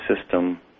system